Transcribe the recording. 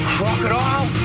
crocodile